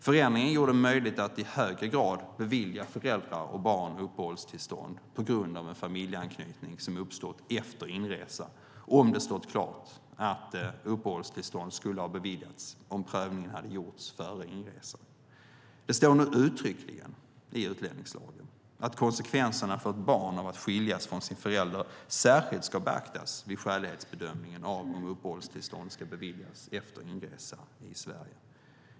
Förändringen gjorde det möjligt att i högre grad bevilja föräldrar och barn uppehållstillstånd på grund av en familjeanknytning som uppstått efter inresa, om det står klart att uppehållstillstånd skulle ha beviljats om prövningen hade gjorts före inresan. Det står nu uttryckligen i utlänningslagen att konsekvenserna för ett barn av att skiljas från sin förälder särskilt ska beaktas vid skälighetsbedömningen av om uppehållstillstånd ska beviljas efter inresa i Sverige.